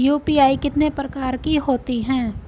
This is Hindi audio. यू.पी.आई कितने प्रकार की होती हैं?